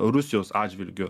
rusijos atžvilgiu